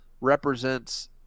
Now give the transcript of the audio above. represents